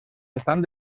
estan